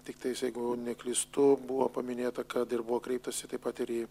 tiktais jeigu neklystu buvo paminėta kad ir buvo kreiptąsi taip pat ir į